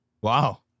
Wow